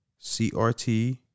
CRT